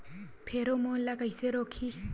Pheromone ला कइसे रोकही?